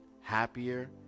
happier